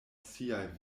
siaj